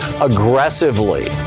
aggressively